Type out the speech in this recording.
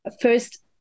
first